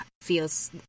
feels